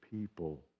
people